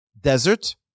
desert